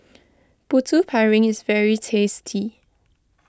Putu Piring is very tasty